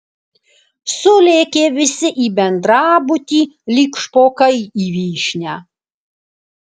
sulėkė visi į bendrabutį lyg špokai į vyšnią